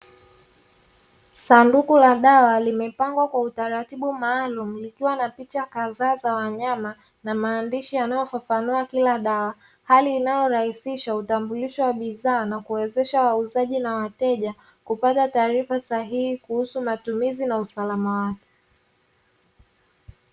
Sanduku la dawa limepangwa kwa utaratibu maalumu likiwa na picha kadhaa za wanyama na maandishi yanayofafanua kila dawa, hali inayorahisisha utambulisho wa bidhaa na kuwezesha wauzaji na wateja kupata taarifa sahihi kuhusu matumizi na usalama wake.